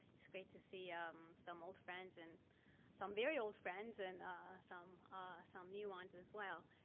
it's great to see um some old friends and some very old friends and some ah some new ones as well.